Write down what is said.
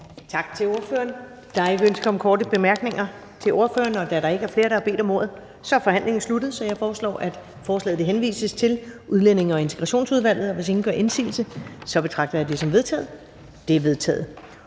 Tak til ordføreren. Der er ikke ønske om korte bemærkninger til ordføreren. Da der ikke er flere, der har bedt om ordet, er forhandlingen sluttet. Jeg foreslår, at forslaget henvises til Udlændinge- og Integrationsudvalget. Hvis ingen gør indsigelse, betragter jeg det som vedtaget. Det er vedtaget.